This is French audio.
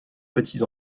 petits